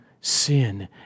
sin